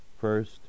First